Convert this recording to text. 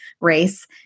race